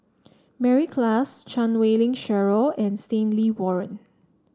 Mary Klass Chan Wei Ling Cheryl and Stanley Warren